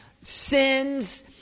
sins